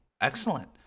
Excellent